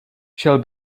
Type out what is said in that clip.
šel